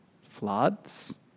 floods